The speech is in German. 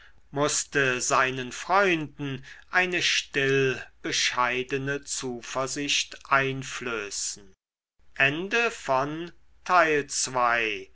mußte seinen freunden eine stillbescheidene zuversicht einflößen